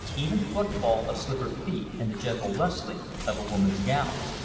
even footfall of slippered feet, and the gentle rustling of a woman's gown.